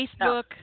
Facebook